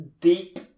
Deep